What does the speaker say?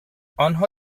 آنها